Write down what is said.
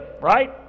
Right